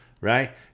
right